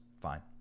Fine